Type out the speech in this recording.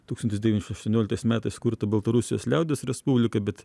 tūkstantis devyni šimtai aštuonioliktais metais kurti baltarusijos liaudies respublika bet